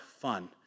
fun